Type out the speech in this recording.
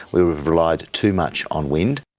we've relied too much on wind.